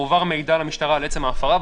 מועבר מידע למשטרה על עצם ההפרה,